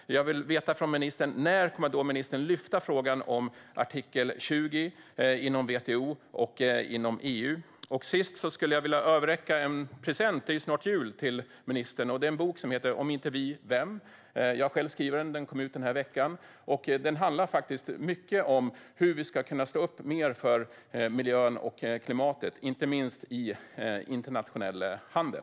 Jag vill veta när ministern kommer att lyfta upp frågan om artikel 20 inom WTO och inom EU. Slutligen vill jag överräcka en present - det är snart jul - till ministern. Det är boken Om inte vi, vem? Jag har själv skrivit den, och den kom ut den här veckan. Boken handlar om hur vi ska kunna stå upp mer för miljön och klimatet, inte minst i internationell handel.